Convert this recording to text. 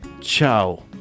Ciao